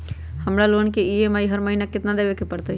हमरा लोन के ई.एम.आई हर महिना केतना देबे के परतई?